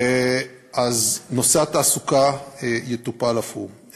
אז נושא התעסוקה יטופל אף הוא.